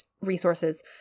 resources